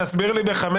תסביר לי ב-5.